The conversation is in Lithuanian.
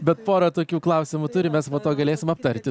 bet porą tokių klausimų turim mes po to galėsim aptarti